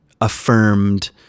affirmed